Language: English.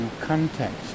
context